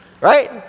right